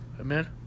Amen